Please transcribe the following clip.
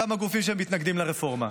כמה גופים שמתנגדים לרפורמה.